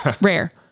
rare